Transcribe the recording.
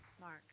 Mark